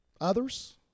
Others